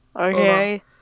Okay